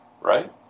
right